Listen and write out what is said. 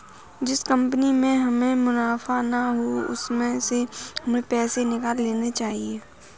जिस कंपनी में हमें मुनाफा ना हो उसमें से हमें पैसे निकाल लेने चाहिए